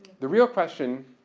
the real question,